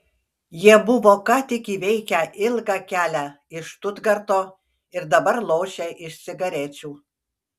jie buvo ką tik įveikę ilgą kelią iš štutgarto ir dabar lošė iš cigarečių